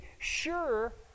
sure